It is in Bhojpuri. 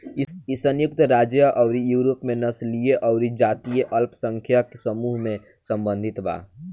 इ संयुक्त राज्य अउरी यूरोप में नस्लीय अउरी जातीय अल्पसंख्यक समूह से सम्बंधित बा